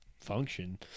function